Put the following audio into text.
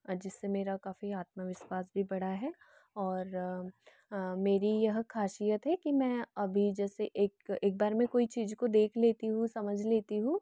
जिससे मेरा काफ़ी आत्म विश्वास भी बढ़ा है और मेरी यह ख़ासियत है की मैं अभी जैसे एक एक बार में कोई चीज़ को देख लेती हूँ समझ लेती हूँ